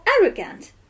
arrogant